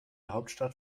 hauptstadt